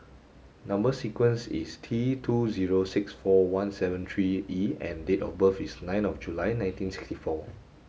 number sequence is T two zero six four one seven three E and date of birth is nine of July nineteen sixty four